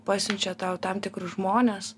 pasiunčia tau tam tikrus žmones